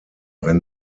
wenn